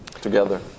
together